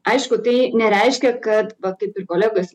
aišku tai nereiškia kad va kaip ir kolegos